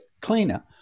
cleaner